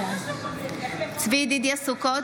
בעד צבי ידידיה סוכות,